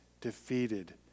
defeated